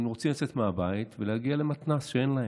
הם רוצים לצאת מהבית ולהגיע למתנ"ס שאין להם.